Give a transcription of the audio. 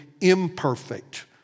imperfect